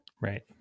Right